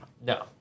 No